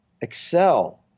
excel